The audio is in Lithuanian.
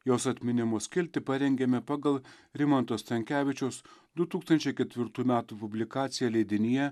jos atminimo skiltį parengėme pagal rimanto stankevičiaus du tūkstančiai ketvirtųjų metų publikaciją leidinyje